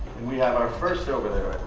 we have our first over there,